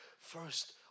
first